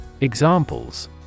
Examples